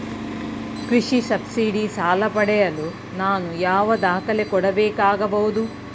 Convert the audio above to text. ಕೃಷಿ ಸಬ್ಸಿಡಿ ಸಾಲ ಪಡೆಯಲು ನಾನು ಯಾವ ದಾಖಲೆ ಕೊಡಬೇಕಾಗಬಹುದು?